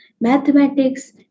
mathematics